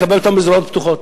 נקבל אותם בזרועות פתוחות.